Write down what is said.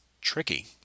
tricky